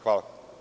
Hvala.